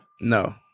No